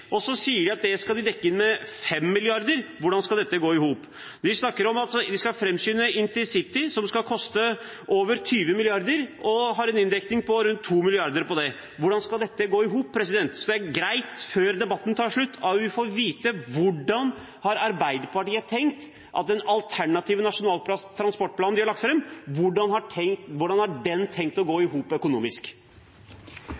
og så sier de at det skal dekkes inn med 5 mrd. kr – hvordan skal dette gå i hop? De snakker om at de skal framskynde intercity, som skal koste over 20 mrd. kr, og de har en inndekning på rundt 2 mrd. kr på det – hvordan skal dette gå i hop? Det er greit – før debatten tar slutt – at vi får vite hvordan Arbeiderpartiet har tenkt at den alternative nasjonale transportplanen de har lagt fram, skal gå